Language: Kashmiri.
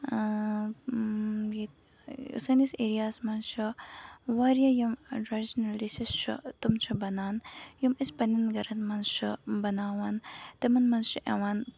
آ إں سٲنِس ایریاہَس منٛز چھُ واریاہ یِم ٹریڈِشنَل ڈِشز چھِ تم چھِ بَنان یِم أسۍ پَنٕنین گرن منٛز چھِ بَناوان تِمن منٛز چھُ یِوان